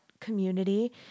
community